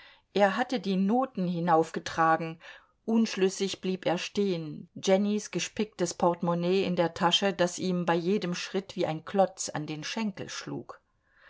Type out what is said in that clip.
er hatte die noten hinaufgetragen unschlüssig blieb er stehen jennys gespicktes portemonnaie in der tasche das ihm bei jedem schritt wie ein klotz an den schenkel schlug